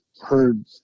heard